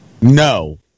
No